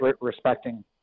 respecting